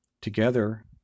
together